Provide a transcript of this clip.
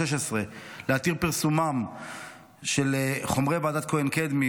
להתיר את פרסומם של חומרי ועדת כהן-קדמי,